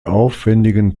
aufwendigen